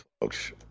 folks